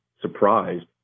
surprised